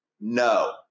No